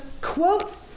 quote